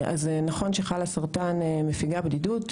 אז נכון ש-׳חלאסרטן׳ מפיגה בדידות,